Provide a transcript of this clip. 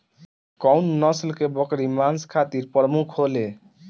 कउन नस्ल के बकरी मांस खातिर प्रमुख होले?